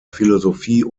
philosophie